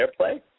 AirPlay